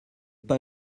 pas